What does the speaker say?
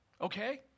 Okay